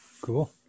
Cool